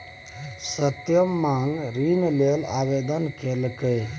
सत्यम माँग ऋण लेल आवेदन केलकै